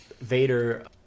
Vader